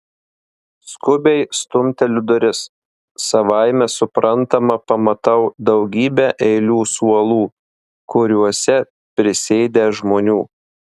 skubiai stumteliu duris savaime suprantama pamatau daugybę eilių suolų kuriuose prisėdę žmonių